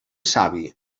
savi